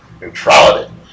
Neutrality